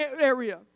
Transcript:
area